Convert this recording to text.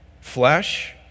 Flesh